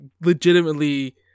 legitimately